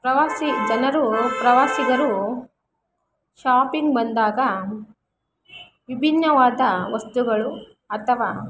ಪ್ರವಾಸಿ ಜನರು ಪ್ರವಾಸಿಗರು ಶಾಪಿಂಗ್ ಬಂದಾಗ ವಿಭಿನ್ನವಾದ ವಸ್ತುಗಳು ಅಥವಾ